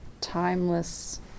timeless